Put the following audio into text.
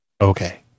Okay